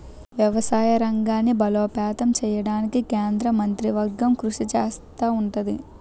వ్యవసాయ రంగాన్ని బలోపేతం చేయడానికి కేంద్ర మంత్రివర్గం కృషి చేస్తా ఉంటది